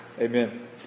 Amen